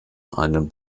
einen